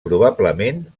probablement